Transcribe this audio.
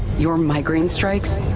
your migraine strikes.